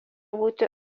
būti